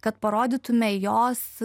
kad parodytume jos